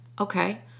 Okay